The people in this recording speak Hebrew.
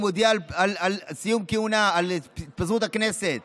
הוא מודיע על התפזרות הכנסת